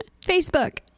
Facebook